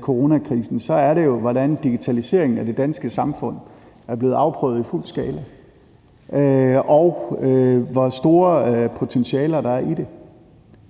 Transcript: coronakrisen, så er det jo, hvordan digitaliseringen af det danske samfund er blevet afprøvet i fuld skala, og hvor store potentialer der er i det.